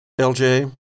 LJ